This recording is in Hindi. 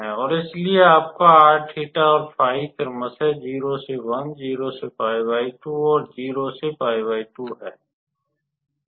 और इसलिए आपका r 𝜃 और 𝜑 क्रमशः 0 से 1 0 से 𝜋2 और 0 से 𝜋2 है